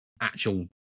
actual